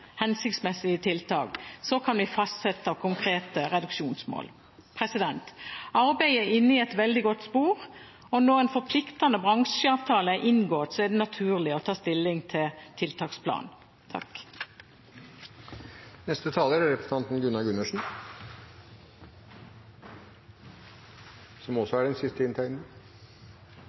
hensiktsmessige tiltak, kan vi fastsette konkrete reduksjonsmål. Arbeidet er inne i et veldig godt spor. Når en forpliktende bransjeavtale er inngått, er det naturlig å ta stilling til tiltaksplanen. Det var Ingrid Heggøs innlegg som fikk meg til å ta ordet. Jeg synes debatten er